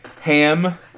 Ham